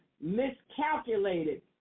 miscalculated